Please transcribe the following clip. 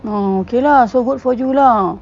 uh okay lah so good for you lah